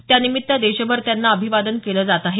त्यांनिमित्त देशभर त्यांना अभिवादन केलं जात आहे